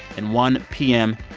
and one p m.